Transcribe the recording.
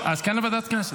אז, כן לוועדת הכנסת?